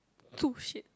two shade